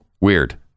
Weird